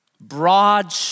broad